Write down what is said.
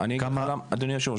אדוני היושב-ראש,